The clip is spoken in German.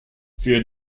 für